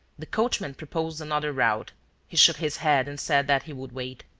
the coachman proposed another route he shook his head and said that he would wait.